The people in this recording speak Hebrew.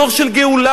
בדור של גאולה,